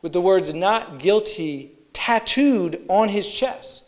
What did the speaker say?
with the words not guilty tattooed on his chest